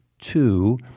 Two